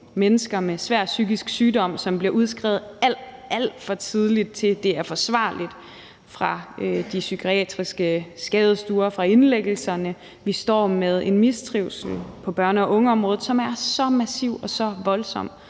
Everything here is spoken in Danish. mennesker med svær psykisk sygdom, som bliver udskrevet alt, alt for tidligt, til at det er forsvarligt, fra de psykiatriske skadestuer, fra indlæggelserne. Vi står med en mistrivsel på børne- og ungeområdet, som er så massiv og så voldsom,